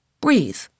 Breathe